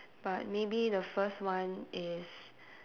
but maybe the first one is